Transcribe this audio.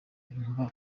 inka